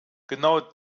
genau